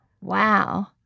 Wow